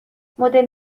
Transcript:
مدل